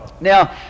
now